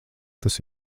tas